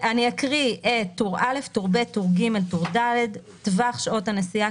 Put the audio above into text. סכומי המס טור א' טור ב' טור ג' טור ד' טווח שעות הנסיעה